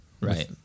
Right